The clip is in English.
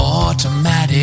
automatic